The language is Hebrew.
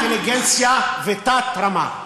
כבוד לאינטליגנציה, ותת-רמה.